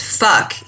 fuck